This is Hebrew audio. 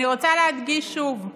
אני רוצה להדגיש שוב: